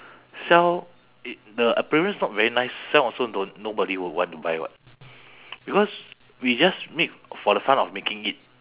sell i~ the appearance not very nice sell also don't nobody would want to buy what because we just make for the fun of making it